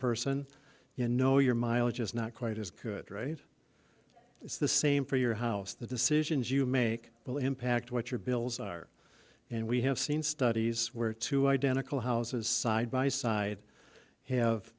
person you know your mileage is not quite as good right it's the same for your house the decisions you make will impact what your bills are and we have seen studies where two identical houses side by side have